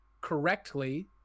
correctly